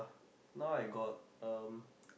now I got um